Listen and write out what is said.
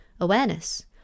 awareness